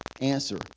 answer